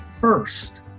first